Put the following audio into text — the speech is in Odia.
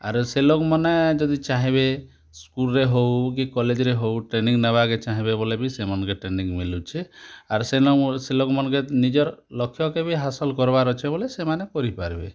ଆରୁ ସେ ଲୋକ୍ମାନେ ଯଦି ଚାହେଁବେ ସ୍କୁଲ୍ରେ ହଉ କି କଲେଜ୍ରେ ହଉ ଟ୍ରେନିଙ୍ଗ୍ ନେବାକେ ଚାହେଁବେ ବେଲେ ବି ସେମାନ୍କେ ଟ୍ରେନିଙ୍ଗ୍ ମିଲୁଛେ ଆର୍ ସେ ଲୋକ୍ମାନଙ୍କର୍ ନିଜର୍ ଲକ୍ଷ୍ୟ କେବେ ହାସଲ୍ କରବାର୍ ଅଛେ ବେଲେ ସେମାନେ କରିପାର୍ବେ